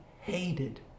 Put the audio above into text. hated